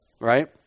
right